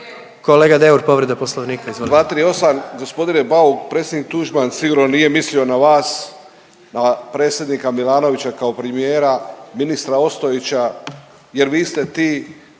Kolega Deur povreda poslovnika izvolite. **Deur, Ante (HDZ)** 238. g. Bauk predsjednik Tuđman sigurno nije mislio na vas, na predsjednika Milanovića kao premijera, ministra Ostojića jer vi ste ti